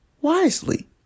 wisely